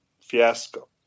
fiasco